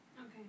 Okay